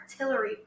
artillery